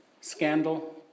Scandal